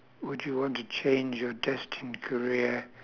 would you want to change your destined career